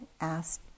asked